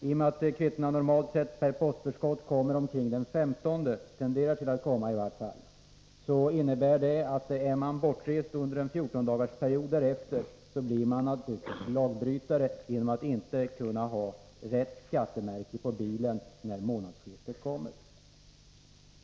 I och med att kvittona normalt sett kommer med postförskott omkring den 15 i månaden innebär det, om man är bortrest under en 14-dagarsperiod därefter, att man blir lagbrytare, genom att inte kunna ha rätt skattemärke på bilen vid månadsskiftet.